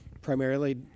primarily